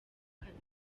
kabiri